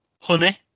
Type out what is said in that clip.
honey